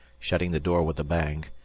shutting the door with a bang.